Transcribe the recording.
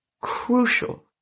crucial